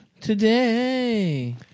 today